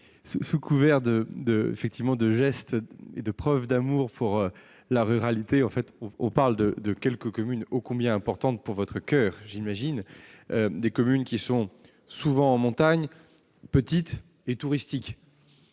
sous couvert de gestes et de preuves d'amour pour la ruralité, on parle de quelques communes- ô combien importantes à votre coeur -qui sont souvent de montagne, petites et touristiques.